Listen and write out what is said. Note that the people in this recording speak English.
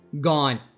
Gone